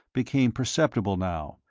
became perceptible now,